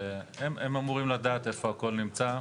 הם אמורים לדעת איפה הכל נמצא,